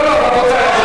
חברת הכנסת ברקו,